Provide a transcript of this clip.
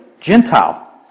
Gentile